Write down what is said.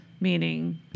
Meaning